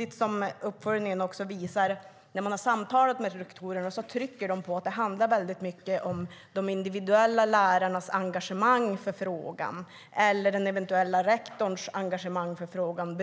I uppföljningen där man har samtalat med rektorerna trycker de samtidigt på att hur sexualundervisningen blir beror mycket de individuella lärarnas engagemang för frågan, eller den eventuella rektorns engagemang för frågan.